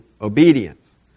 obedience